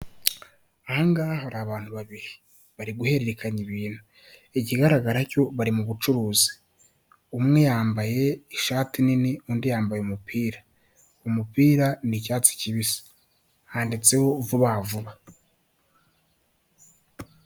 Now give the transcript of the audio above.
Aha ngaha hari abantu babiri bari guhererekanya ibintu, ikigaragara cyo bari mu bucuruzi umwe yambaye ishati nini, undi yambaye umupira, umupira ni icyatsi kibisi handitseho vuba vuba.